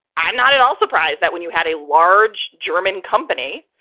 i'm not at all surprised that when you had a large german company,